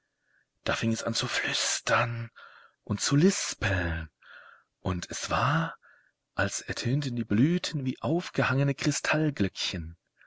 da fing es an zu flüstern und zu lispeln und es war als ertönten die blüten wie aufgehangene